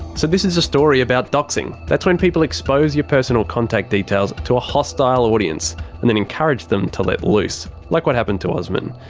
so this is a story about doxing. that's when people expose your personal contact details to a hostile audience and encourage them to let loose like what happened to osman.